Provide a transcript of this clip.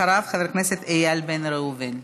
אחריו, חבר הכנסת איל בן ראובן,